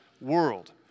world